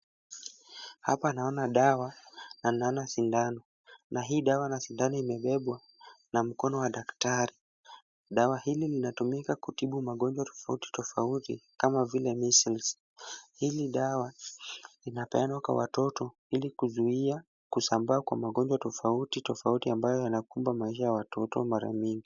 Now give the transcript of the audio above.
Hapa naona dawa na naona sindano na hii dawa na sindano imebebwa na mkono wa daktari. Dawa hili linatumika kutibu magonjwa tofauti tofauti kama vile measles . Hili dawa linapeanwa kwa watoto ili kuzuia kusambaa kwa magonjwa tofauti tofauti ambayo yanakumba maisha ya watoto mara nyingi.